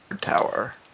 tower